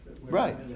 right